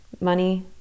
money